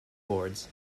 boards